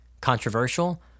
controversial